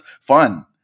fun